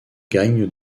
gagnent